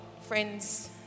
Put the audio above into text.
friends